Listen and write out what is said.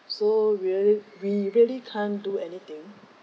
so really we really can't do anything